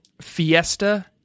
fiesta